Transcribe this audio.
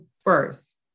first